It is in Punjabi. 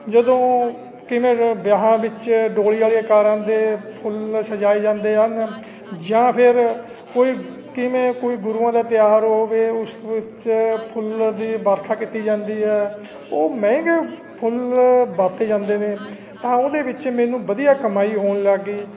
ਜਦੋਂ ਕਿਵੇਂ ਵਿਆਹਾਂ ਵਿੱਚ ਡੋਲੀ ਵਾਲੀ ਕਾਰਾਂ ਦੇ ਫੁੱਲ ਸਜਾਏ ਜਾਂਦੇ ਹਨ ਜਾਂ ਫਿਰ ਕੋਈ ਕਿਵੇਂ ਕੋਈ ਗੁਰੂਆਂ ਦਾ ਤਿਉਹਾਰ ਹੋਵੇ ਉਸ ਵਿੱਚ ਫੁੱਲ ਦੀ ਵਰਖਾ ਕੀਤੀ ਜਾਂਦੀ ਹੈ ਉਹ ਮਹਿੰਗੇ ਫੁੱਲ ਵਰਤੇ ਜਾਂਦੇ ਨੇ ਤਾਂ ਉਹਦੇ ਵਿੱਚ ਮੈਨੂੰ ਵਧੀਆ ਕਮਾਈ ਹੋਣ ਲੱਗ ਗਈ